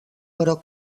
però